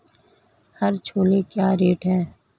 हरे छोले क्या रेट हैं?